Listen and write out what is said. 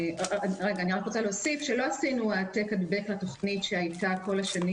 אני רוצה להוסיף שלא עשינו העתק הדבק מתכנית המלגות שהייתה כל השנים